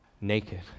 naked